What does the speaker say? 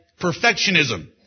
perfectionism